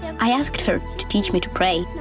i asked her to teach me to pray.